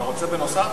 אתה רוצה בנוסף?